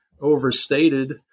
overstated